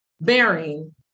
bearing